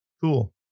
Cool